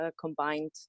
combined